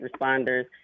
responders